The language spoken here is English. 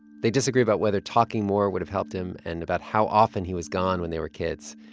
they disagree about whether talking more would have helped him and about how often he was gone when they were kids.